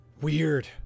Weird